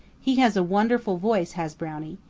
he has a wonderful voice, has brownie.